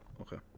Okay